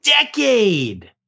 decade